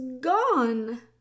gone